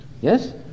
Yes